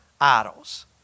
idols